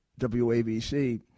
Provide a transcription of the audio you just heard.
WABC